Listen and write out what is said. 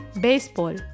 baseball